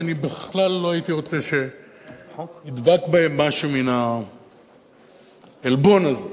ואני בכלל לא הייתי רוצה שידבק בהם משהו מן העלבון הזה.